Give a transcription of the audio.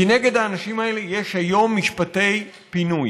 כי נגד האנשים האלה יש היום משפטי פינוי.